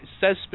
says